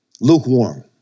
Lukewarm